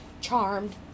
Charmed